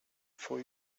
for